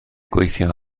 gweithio